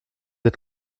être